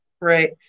right